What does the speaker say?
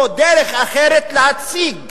זו דרך אחרת להציג